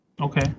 Okay